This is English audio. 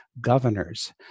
governors